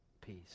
peace